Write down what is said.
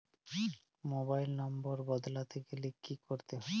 Mobile নম্বর বদলাতে গেলে কি করতে হবে?